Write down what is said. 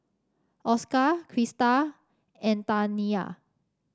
Oscar Krista and Taniyah